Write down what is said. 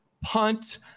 punt